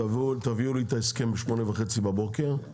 תביאו לי את ההסכם ב-8:30 בבוקר,